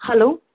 hello